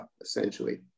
essentially